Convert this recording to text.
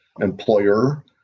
employer